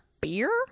beer